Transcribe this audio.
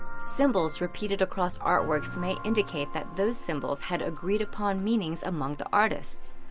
symbols repeated across artworks may indicate that those symbols had agreed upon meaning among the artists.